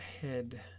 head